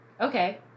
okay